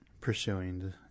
pursuing